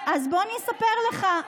בוא אני אספר לך.